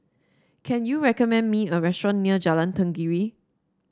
can you recommend me a restaurant near Jalan Tenggiri